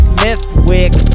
Smithwick